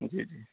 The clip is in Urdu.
جی جی